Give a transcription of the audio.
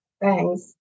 Thanks